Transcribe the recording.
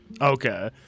okay